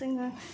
जोङो